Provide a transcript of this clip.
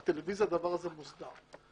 בטלוויזיה הדבר הזה מוסדר.